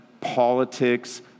politics